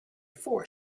four